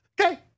Okay